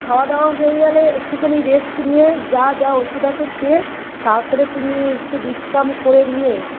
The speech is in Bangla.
খাওয়াদাওয়া হয়ে গেলে একটুখানি রেস্ট নিয়ে যা যা ওষুধ আছে খেয়ে তারপরে তুমি একটু বিশ্রাম করে নিয়ে